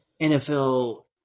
NFL